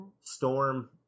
Storm